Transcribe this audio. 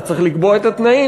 אתה צריך לקבוע את התנאים.